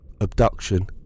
abduction